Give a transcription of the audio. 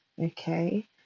Okay